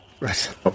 right